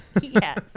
yes